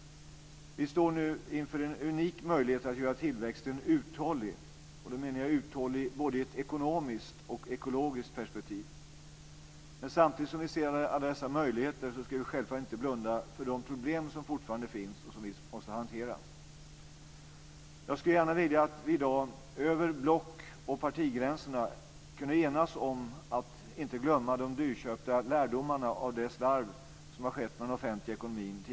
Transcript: Vi står nu inför en unik möjlighet att göra tillväxten uthållig - både i ett ekonomiskt och i ett ekologiskt perspektiv. Men samtidigt som vi ser alla dessa möjligheter ska vi självfallet inte blunda för de problem som fortfarande finns och som vi måste hantera. Jag skulle gärna vilja att vi i dag över block och partigränserna kunde enas om att inte glömma de dyrköpta lärdomarna av det slarv som tidigare har förekommit med den offentliga ekonomin.